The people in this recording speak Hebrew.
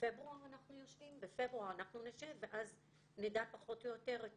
בפברואר אנחנו נשב ואז נדע פחות או יותר את